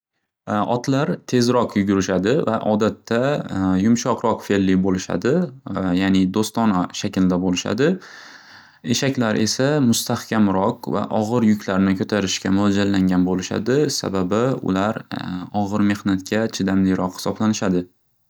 Otlar tezroq yugurishadi va odatda yumshoqroq felli bo'lishadi yani do'stona shaklda bo'lishadi. Eshaklar esa mustahkamroq va og'ir yuklarni ko'tarishga mo'ljallangan bo'lishadi sababi ular og'ir mehnatga chidamlioroq hisoblanishadi.